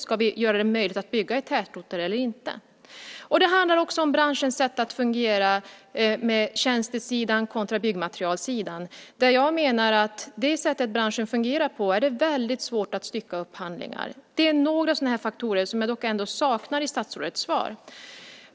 Ska vi göra det möjligt att bygga i tätorter eller inte? Det handlar också om branschens sätt att fungera när det gäller tjänstesidan kontra byggmaterialsidan. Jag menar att med det sätt branschen fungerar på är det väldigt svårt att stycka upp handlingar. Det är några sådana faktorer som jag ändå saknar i statsrådets svar.